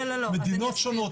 מדינות שונות?